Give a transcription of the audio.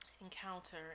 encounter